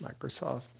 Microsoft